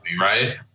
right